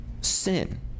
sin